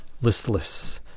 listless